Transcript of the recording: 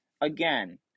again